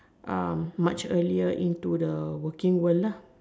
um much earlier into the working world lah